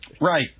Right